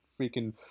freaking